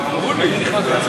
אדוני.